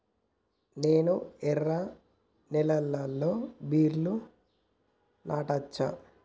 నేను ఎర్ర నేలలో బీరలు నాటచ్చా?